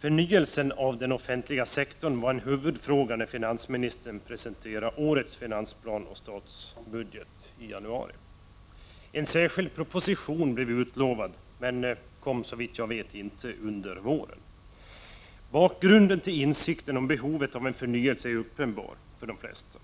Förnyelsen av den offentliga sektorn var en huvudfråga när finansministern presenterade årets finansplan och statsbudget i januari. En särskild proposition utlovades, men kom inte, under våren. Bakgrunden till insikten om behovet av en förnyelse är uppenbar för de flesta.